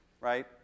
right